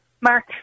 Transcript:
Mark